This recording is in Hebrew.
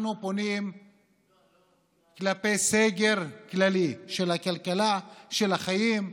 אנחנו נפנה לסגר כללי של הכלכלה, של החיים,